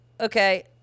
okay